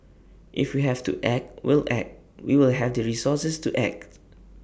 if we have to act we'll act we will have the resources to act